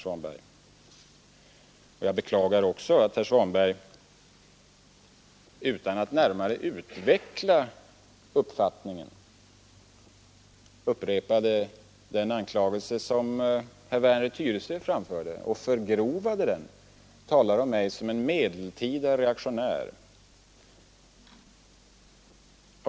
Jag beklagar också att herr Svanberg utan att närmare utveckla sin uppfattning upprepat och förgrovat den anklagelse som herr Werner i Tyresö framfört. Herr Svanberg talar om mig såsom en medeltida reaktionär.